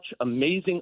amazing